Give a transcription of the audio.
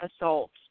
assault